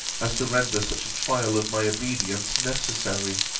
as to render such a trial of my obedience necessary.